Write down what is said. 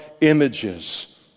images